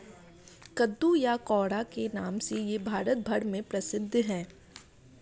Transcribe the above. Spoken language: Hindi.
कद्दू या कोहड़ा के नाम से यह भारत भर में प्रसिद्ध है